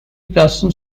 blossom